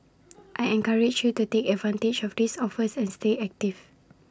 I encourage you to take advantage of these offers and stay active